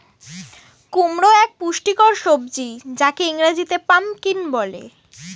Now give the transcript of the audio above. কুমড়ো এক পুষ্টিকর সবজি যাকে ইংরেজিতে পাম্পকিন বলে